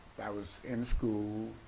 i was in school